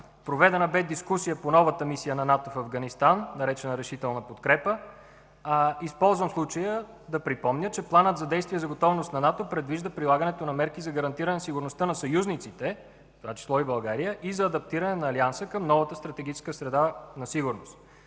Проведена бе дискусия по новата мисия на НАТО в Афганистан, наречена „Решителна подкрепа”. Използвам случая да припомня, че Планът за действие за готовност на НАТО предвижда прилагането на мерки за гарантиране сигурността на съюзниците, в това число и България, и за адаптиране на Алианса към новата стратегическа среда на сигурност.